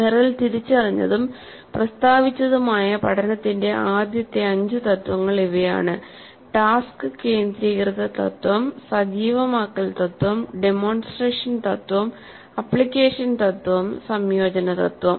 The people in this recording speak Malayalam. മെറിൽ തിരിച്ചറിഞ്ഞതും പ്രസ്താവിച്ചതുമായ പഠനത്തിന്റെ ആദ്യത്തെ അഞ്ച് തത്വങ്ങൾ ഇവയാണ് ടാസ്ക് കേന്ദ്രീകൃത തത്വം സജീവമാക്കൽ തത്വംഡെമോൺസ്ട്രേഷൻ തത്വം ആപ്ലിക്കേഷൻ തത്വം സംയോജന തത്വം